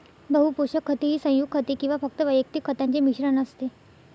बहु पोषक खते ही संयुग खते किंवा फक्त वैयक्तिक खतांचे मिश्रण असते